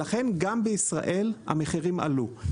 לכן גם בישראל המחירים עלו.